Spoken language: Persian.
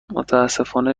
متأسفانه